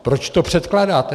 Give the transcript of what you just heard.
Proč to předkládáte?